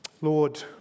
Lord